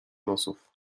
losów